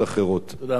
מה מציע אדוני השר?